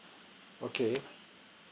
okay